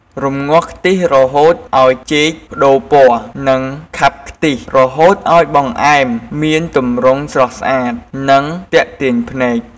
រំងាស់ខ្ទិះរហូតឱ្យចេកប្ដូរពណ៌ និងខាប់ខ្ទិះ រហូតឱ្យបង្អែមមានទម្រង់ស្រស់ស្អាត និងទាក់ទាញភ្នែក។